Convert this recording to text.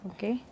Okay